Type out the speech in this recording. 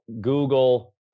Google